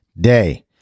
day